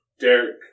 Derek